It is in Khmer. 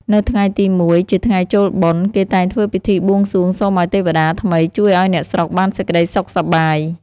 នៅថ្ងៃទី ១ ជាថ្ងៃចូលបុណ្យ គេតែងធ្វើពិធីបួងសួងសូមឱ្យទេវតាថ្មីជួយឱ្យអ្នកស្រុកបានសេចក្តីសុខ សប្បាយ ។